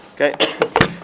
Okay